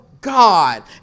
God